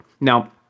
Now